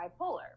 bipolar